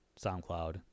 SoundCloud